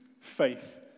faith